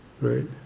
right